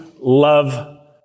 love